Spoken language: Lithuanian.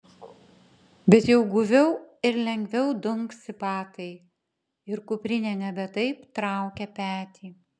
bet jau guviau ir lengviau dunksi batai ir kuprinė nebe taip traukia petį